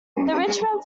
richmond